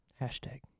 Hashtag